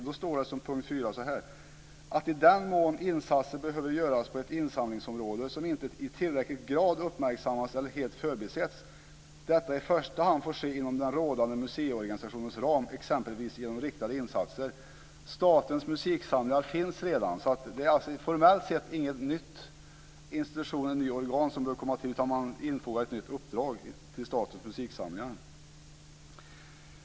Det står att i den mån insatser behöver göras på ett insamlingsområde som inte i tillräcklig grad uppmärksammas eller helt förbisetts får detta i första hand ske inom den rådande museiorganisationens ram, exempelvis genom riktade insatser. Statens musiksamlingar finns ju redan. Formellt sett är det alltså ingen ny institution eller ett nytt organ som behöver komma till, utan man infogar ett nytt uppdrag vad gäller Statens musiksamlingar.